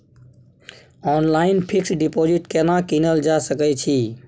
Online fix deposit केना कीनल जा सकै छी?